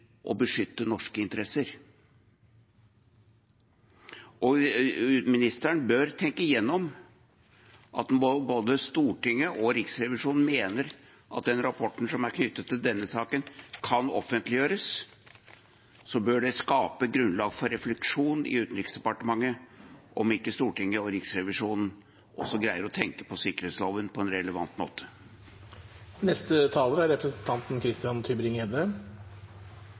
beskytte norske interesser. Og utenriksministeren bør tenke igjennom at når både Riksrevisjonen og Stortinget mener at den rapporten som er knyttet til denne saken, kan offentliggjøres, bør det skape grunnlag for refleksjon i Utenriksdepartementet om ikke Stortinget og Riksrevisjonen også greier å tenke på sikkerhetsloven på en relevant måte.